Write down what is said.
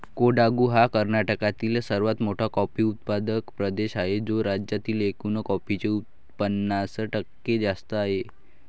कोडागु हा कर्नाटकातील सर्वात मोठा कॉफी उत्पादक प्रदेश आहे, जो राज्यातील एकूण कॉफीचे पन्नास टक्के जास्त आहे